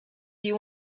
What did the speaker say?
you